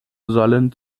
sollen